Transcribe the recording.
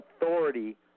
authority